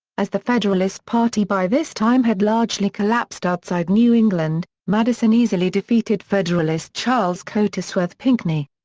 as the federalist party by this time had largely collapsed outside new england, madison easily defeated federalist charles cotesworth pinckney.